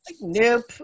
Nope